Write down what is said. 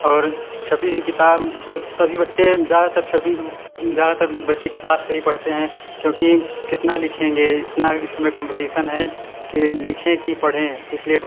और छपी हुई किताब सभी बच्चे ज़्यादातर छपी ज़्यादातर बच्चे किताब से ही पढ़ते हैं क्योंकि कितना लिखेंगे इतना इस समय कम्पटीसन है कि लिखें कि पढ़ें तो इसलिए